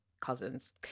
Cousins